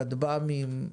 כטב"מים,